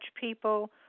people